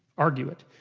argue it